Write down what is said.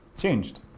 changed